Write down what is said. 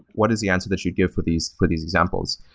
what is the answer that you'd give for these for these examples?